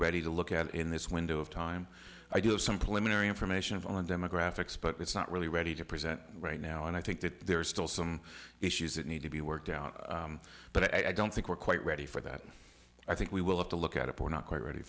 ready to look at in this window of time i do have some plenary information of on demographics but it's not really ready to present right now and i think that there are still some issues that need to be worked out but i don't think we're quite ready for that i think we will have to look at a port not quite ready